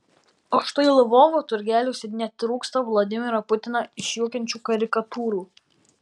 o štai lvovo turgeliuose netrūksta vladimirą putiną išjuokiančių karikatūrų